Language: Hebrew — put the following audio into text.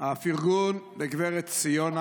הפרגון לגב' ציונה